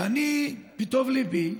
ואני, בטוב ליבי,